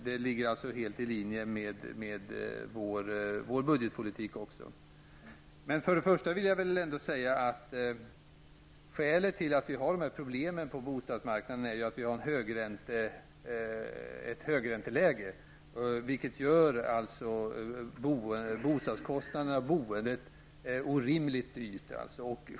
Det ligger alltså helt i linje med vår budgetpolitik. Skälet till att vi har dessa problem på bostadsmarknaden är att vi har ett högränteläge, vilket gör boendet orimligt dyrt.